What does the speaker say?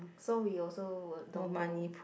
so we also don't go